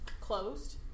closed